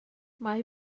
mae